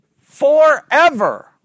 forever